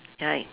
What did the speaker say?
right